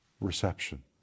reception